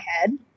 head